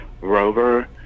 Rover